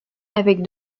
avec